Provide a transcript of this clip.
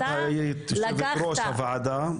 את היית יושב-ראש הוועדה למעמד האישה.